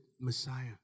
Messiah